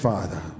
Father